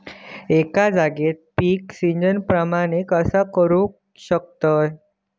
एका जाग्यार पीक सिजना प्रमाणे कसा करुक शकतय?